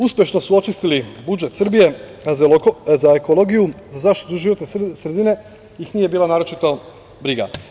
Uspešno su očistili budžet Srbije, a za ekologiju, za zaštitu životne sredine ih nije bila naročita briga.